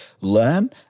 learn